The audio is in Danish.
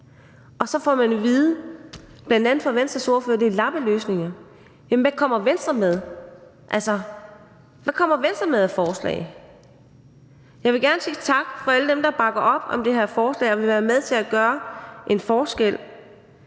Og så får man at vide, bl.a. fra Venstres ordfører, at det er lappeløsninger. Jamen hvad kommer Venstre med? Altså, hvad kommer Venstre med af forslag? Jeg vil gerne sige tak til alle dem, der bakker op om det her forslag og vil være med til at gøre en forskel.